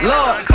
Lord